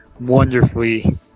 wonderfully